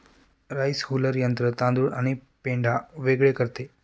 rice huller यंत्र तांदूळ आणि पेंढा वेगळे करते